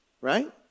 Right